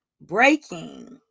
breaking